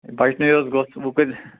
بَچنُے حظ گوٚژھ وۄنۍ